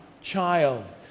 child